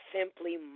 simply